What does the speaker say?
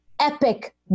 epic